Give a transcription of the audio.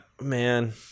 man